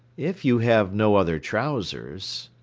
if you have no other trousers.